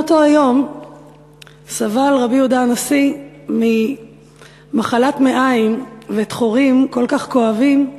מאותו היום סבל רבי יהודה הנשיא ממחלת מעיים וטחורים כל כך כואבים,